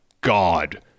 God